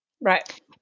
Right